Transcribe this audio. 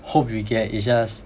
hope you get it's just